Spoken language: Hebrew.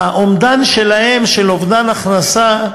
האומדן שלהם, של אובדן הכנסה,